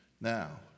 Now